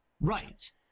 Right